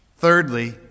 Thirdly